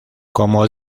como